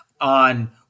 on